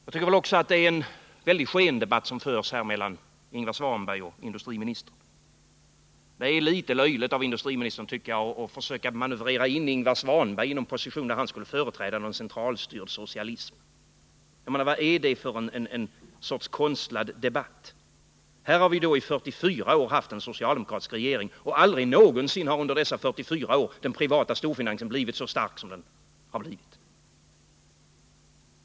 Jag tycker också att det är en skendebatt som här förs mellan Ingvar Svanberg och industriministern. Det är litet löjligt av industriministern att försöka manövrera in Ingvar Svanberg i en position där han skulle företräda något slags centralstyrd socialism. Vad är det för en konstlad debatt? Vi har i 44 år haft en socialdemokratisk regering och ändå har den privata storfinansen blivit så stark som den blivit.